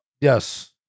Yes